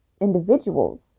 individuals